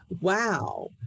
wow